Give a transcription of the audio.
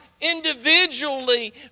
individually